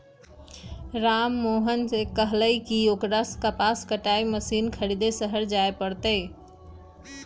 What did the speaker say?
राममोहन ने कहल कई की ओकरा कपास कटाई मशीन खरीदे शहर जाय पड़ तय